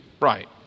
Right